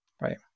right